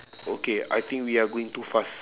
okay I think we are going too fast